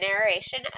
narration